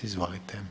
Izvolite.